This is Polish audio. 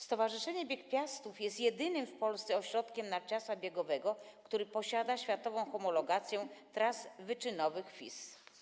Stowarzyszenie Bieg Piastów jest jedynym w Polsce ośrodkiem narciarstwa biegowego, który posiada światową homologację tras wyczynowych FIS.